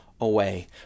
away